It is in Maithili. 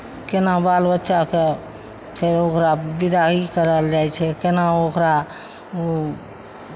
केना बाल बच्चाकेँ फेर ओकरा विदागिरी करायल जाइ छै केना ओकरा